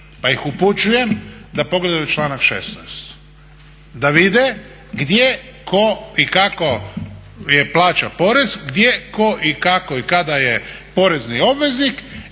pa ih upućujem da pogledaju članak 16.da vide gdje, ko i kako je plaćao porez, gdje, ko, i kako i kada je porezni obveznik